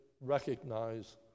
recognize